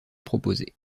proposées